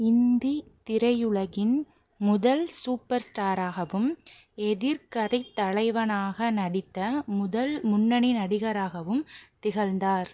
ஹிந்தி திரையுலகின் முதல் சூப்பர் ஸ்டாராகவும் எதிர் கதைத் தலைவனாக நடித்த முதல் முன்னணி நடிகராகவும் திகழ்ந்தார்